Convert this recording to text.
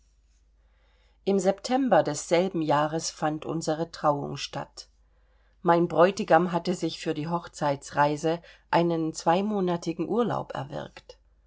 im september desselben jahres fand unsere trauung statt mein bräutigam hatte sich für die hochzeitsreise einen zweimonatlichen urlaub erwirkt